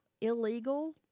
illegal